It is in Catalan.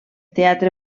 teatre